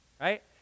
right